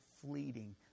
fleeting